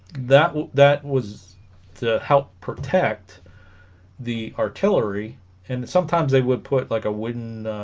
that that was to help protect the artillery and sometimes they would put like a wooden